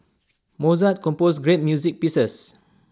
Mozart composed great music pieces